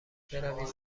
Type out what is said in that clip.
بروید